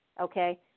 okay